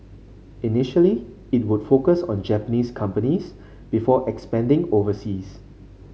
initially it would focus on Japanese companies before expanding overseas